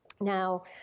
Now